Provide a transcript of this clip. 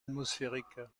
atmosphériques